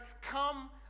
come